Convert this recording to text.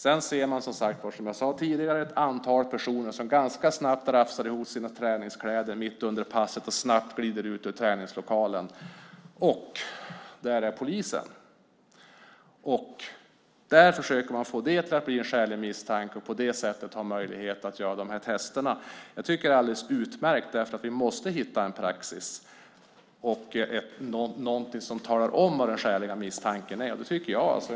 Sedan ser man, som jag sade tidigare, ett antal personer som ganska snabbt rafsar ihop sina träningskläder mitt under passet och snabbt glider ut ur träningslokalen, och där är polisen. Där försöker man få det till att bli en skälig misstanke, och på det sättet får man möjlighet att göra de här testerna. Jag tycker att det är alldeles utmärkt, därför att vi måste hitta en praxis och någonting som talar om vad den skäliga misstanken är.